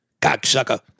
Cocksucker